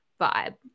vibe